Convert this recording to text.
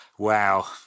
Wow